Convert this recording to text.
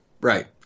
Right